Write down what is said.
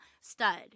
stud